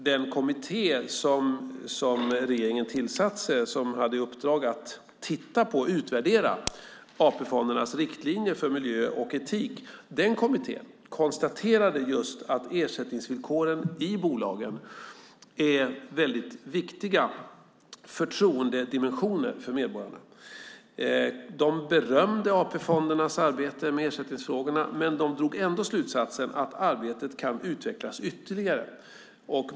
Den kommitté som regeringen tillsatte, som hade i uppdrag att utvärdera AP-fondernas riktlinjer för miljö och etik, konstaterade just att ersättningsvillkoren i bolagen är väldigt viktiga förtroendedimensioner för medborgarna. De berömde AP-fondernas arbete med ersättningsfrågorna, men de drog ändå slutsatsen att arbetet kan utvecklas ytterligare.